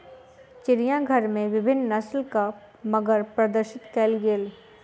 चिड़ियाघर में विभिन्न नस्लक मगर प्रदर्शित कयल गेल